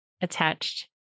attached